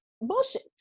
bullshit